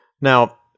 Now